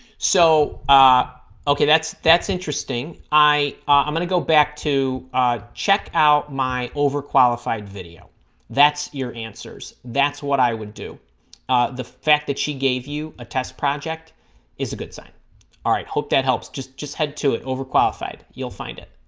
so ah okay that's that's interesting i i'm gonna go back to check out my overqualified video that's your answers that's what i would do the fact that she gave you a test project is a good sign all right hope that helps just just head to it overqualified you'll find it